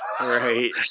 Right